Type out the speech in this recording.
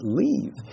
leave